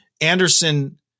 Anderson